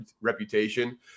reputation